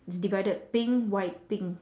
it's divided pink white pink